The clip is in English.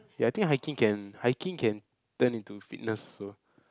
ya I think hiking can hiking can turn into fitness also